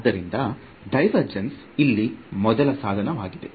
ಆದ್ದರಿಂದ ಡೈವರ್ಜೆನ್ಸ್ ಇಲ್ಲಿ ಮೊದಲ ಸಾಧನವಾಗಿದೆ